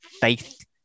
faith